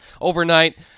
overnight